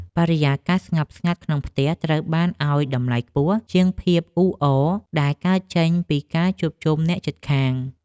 បរិយាកាសស្ងប់ស្ងាត់ក្នុងផ្ទះត្រូវបានឱ្យតម្លៃខ្ពស់ជាងភាពអ៊ូអរដែលកើតចេញពីការជួបជុំអ្នកជិតខាង។